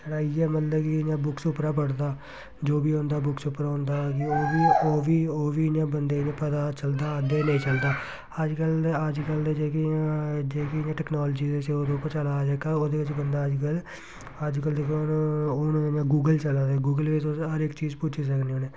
छड़ा इ'यै मतलब कि इ'यां बुक्स उप्परा पढ़दा जो बी होंदा बुक्स उप्परा होंदा जो बी ओह् बी ओह् बी इ'यां बंदे गी पता चलदा अद्धे गी नेईं चलदा अज्जकल अज्जकल ते जेह्कियां जेह्कियां इयां टैक्नोलाजी दे जोर उप्पर चला दा जेह्का ओह्दे च बंदा अज्जकल अज्जकल जेह्का हून हून जियां गूगल चला दा गूगल बिच्च तुस हर इक चीज़ पुच्छी सकनें उ'नें